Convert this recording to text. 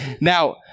now